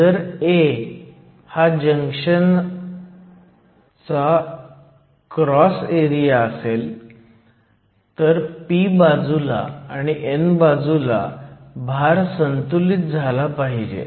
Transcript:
जर A हा junction हा क्रॉस एरिया असेल तर p बाजूला आणि n बाजूला भार संतुलित झाला पाहिजे